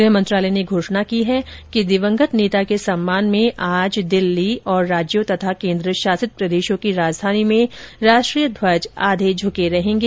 गृह मंत्रालय ने घोषणा की है कि दिवंगत नेता के सम्मान में आज दिल्ली और राज्यों तथा केन्द्र शासित प्रदेशों की राजधानी में राष्ट्रीय ध्वज आधो झुके रहेंगे